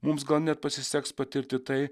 mums gal net pasiseks patirti tai